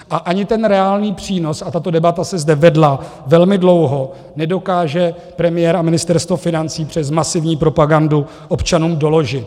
A ani ten reálný přínos, a tato debata se zde vedla velmi dlouho, nedokáže premiér a Ministerstvo financí přes masivní propagandu občanům doložit.